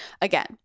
Again